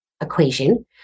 equation